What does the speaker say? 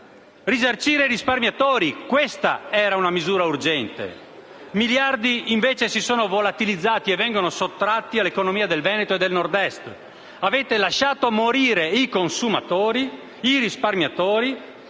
Risarcire i risparmiatori: questa era una misura urgente. Miliardi, invece, si sono volatilizzati e vengono sottratti all'economia del Veneto e del Nord-Est. Avete lasciato morire i consumatori, i risparmiatori